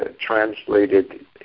translated